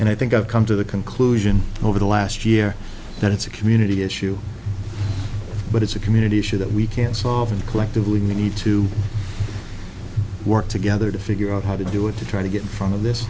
and i think i've come to the conclusion over the last year that it's a community issue but it's a community issue that we can't solve and collectively we need to work together to figure out how to do it to try to get in front of this